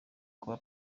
kuba